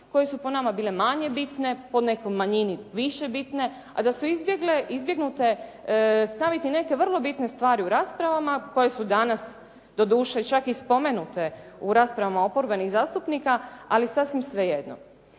koje su po nama bile manje bitne, po nekoj manjini više bitne, a da su izbjegnute staviti neke vrlo bitne stvari u raspravama koje su danas doduše čak i spomenute u raspravama oporbenih zastupnika, ali sasvim svejedno.